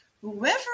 whoever